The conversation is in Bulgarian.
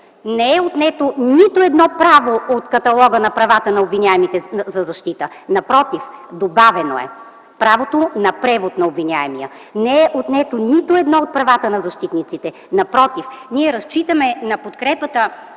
не е отнето нито едно право от каталога на правата на обвиняемите за защита, напротив – добавено е правото на превод на обвиняемия. Не е отнето нито едно от правата на защитниците, напротив – ние разчитаме на подкрепата